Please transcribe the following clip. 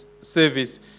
service